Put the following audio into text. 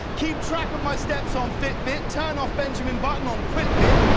keep track of my steps on fitbit. turn off benjamin button on quitpitt.